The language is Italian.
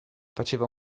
faceva